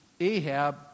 Ahab